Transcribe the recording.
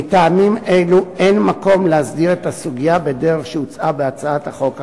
מטעמים אלו אין מקום להסדיר את הסוגיה בדרך שהוצעה בהצעת החוק הפרטית.